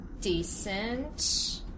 decent